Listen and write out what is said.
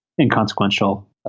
inconsequential